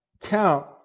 count